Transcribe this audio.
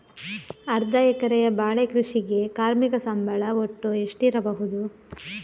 ಅರ್ಧ ಎಕರೆಯ ಬಾಳೆ ಕೃಷಿಗೆ ಕಾರ್ಮಿಕ ಸಂಬಳ ಒಟ್ಟು ಎಷ್ಟಿರಬಹುದು?